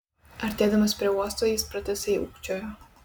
artėdamas prie uosto jis pratisai ūkčiojo